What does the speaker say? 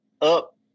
up